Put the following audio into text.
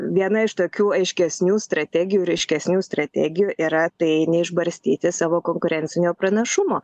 viena iš tokių aiškesnių strategijų ryškesnių strategijų yra tai neišbarstyti savo konkurencinio pranašumo